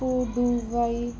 Puduvai